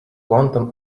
quantum